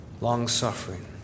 Long-suffering